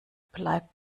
bleibt